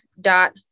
dot